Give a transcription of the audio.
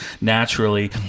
naturally